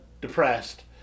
depressed